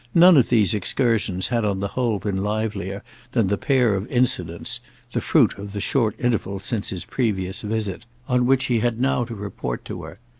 none of these excursions had on the whole been livelier than the pair of incidents the fruit of the short interval since his previous visit on which he had now to report to her.